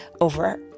over